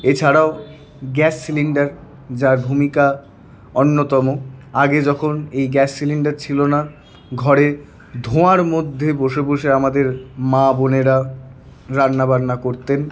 এছাড়াও gas cylinder যার ভূমিকা অন্যতম আগে যখন এই গ্যাস সিলিন্ডার ছিল না ঘরে ধোঁয়ার মধ্যে বসে বসে আমাদের মা বোনেরা রান্নাবান্না করতেন